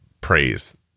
praise